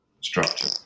structure